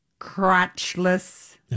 crotchless